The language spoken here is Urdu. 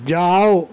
جاؤ